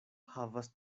havas